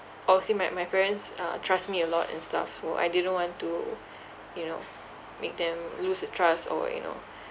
I would say my my parents uh trust me a lot and stuff so I didn't want to you know make them lose the trust or you know